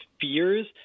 fears